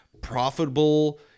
profitable